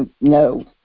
no